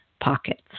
Pockets